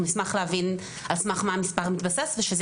נשמח להבין על מסך מה המספר מתבסס ושזה